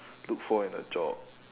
look for in a job